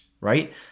right